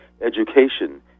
education